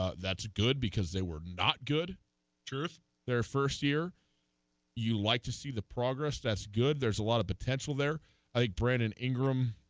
ah that's good because they were not good troops their first year you like to see the progress that's good there's a lot of potential there i prayed and ingram